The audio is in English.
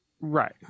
right